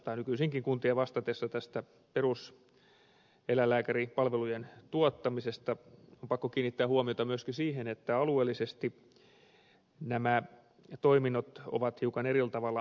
nykyisinkin kuntien vastatessa tästä peruseläinlääkäripalvelujen tuottamisesta on pakko kiinnittää huomiota myöskin siihen että alueellisesti nämä toiminnot ovat hiukan eri tavalla järjestettyjä